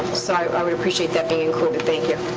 so i would appreciate that being included. thank you.